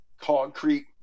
concrete